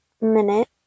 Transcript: minute